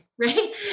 right